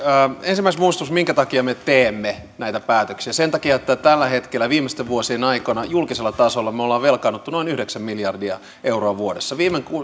ensimmäiseksi muistutus minkä takia me teemme näitä päätöksiä sen takia että tällä hetkellä viimeisten vuosien aikana julkisella tasolla me olemme velkaantuneet noin yhdeksän miljardia euroa vuodessa